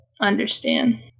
understand